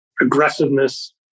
aggressiveness